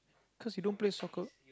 cause you don't play soccer